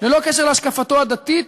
ללא קשר להשקפתו הדתית,